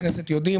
חברי כנסת יודעים,